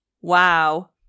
Wow